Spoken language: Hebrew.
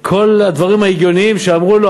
כל הדברים ההגיוניים שאמרו לו,